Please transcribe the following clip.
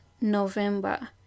November